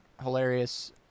hilarious